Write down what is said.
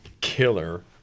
Killer